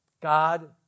God